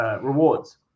rewards